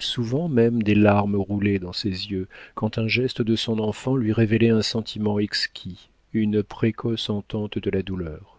souvent même des larmes roulaient dans ses yeux quand un geste de son enfant lui révélait un sentiment exquis une précoce entente de la douleur